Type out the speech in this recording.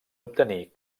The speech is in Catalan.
obtenir